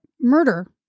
Murder